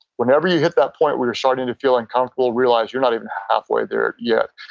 whenever you hit that point where you're starting to feel uncomfortable, realize you're not even halfway there yet.